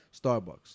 Starbucks